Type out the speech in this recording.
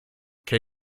che